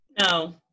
No